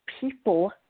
people